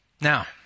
Now